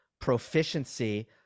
proficiency